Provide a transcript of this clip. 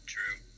True